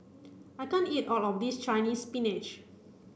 I can't eat all of this Chinese spinach